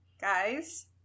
guys